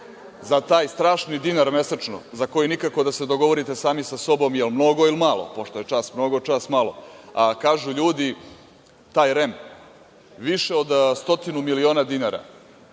taj strašni dinar mesečno, za koji nikako da se dogovorite sami sa sobom je li mnogo ili malo, pošto je čas mnogo, čas malo. Kažu ljudi, taj REM više od stotinu miliona dinara